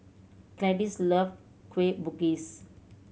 Clytie love Kueh Bugis